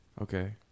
Okay